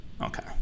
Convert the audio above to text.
Okay